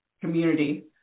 community